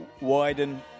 widen